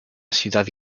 ciudad